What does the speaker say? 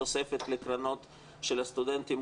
תוספת לקרנות של הסטודנטים,